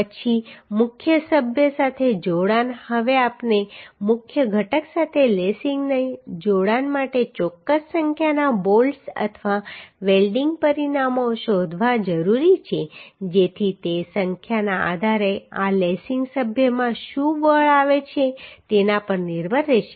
પછી મુખ્ય સભ્ય સાથે જોડાણ હવે આપણે મુખ્ય ઘટક સાથે લેસિંગના જોડાણ માટે ચોક્કસ સંખ્યાના બોલ્ટ્સ અથવા વેલ્ડિંગ પરિમાણો શોધવાની જરૂર છે જેથી તે સંખ્યાના આધારે આ લેસિંગ સભ્યમાં શું બળ આવે છે તેના પર નિર્ભર રહેશે